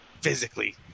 physically